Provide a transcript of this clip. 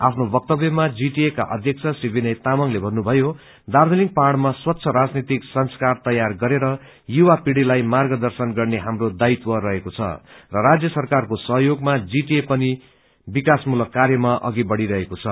आफ्नो वक्तब्यमा जीटीए का अध्यक्ष श्री विनय तामाङले भन्नुभयो दार्जीलिङ पाहड़मा स्वच्छ राजनैतिक संस्कार तैयार गरेर युवा पीढ़िलाई र्मागदर्शन गर्ने हाप्रो दायित्व रहेको छ र राज्य सरकारको सहयोगमा जीटीए पनि विकासमूलक र्कायमा अघि बढ़ी रहेको छ